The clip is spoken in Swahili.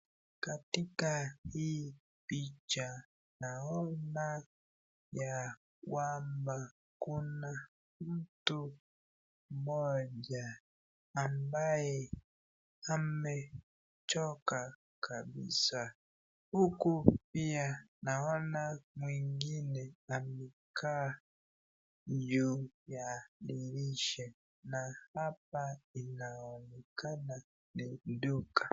Katika hii picha, naona ya kwamba kuna mtu mmoja ambaye amechoka kabisaa. Huku pia naona mwingine amekaa juu ya dirisha na hapa inaonekana ni duka.